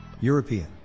European